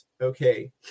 Okay